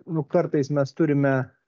nu kartais mes turime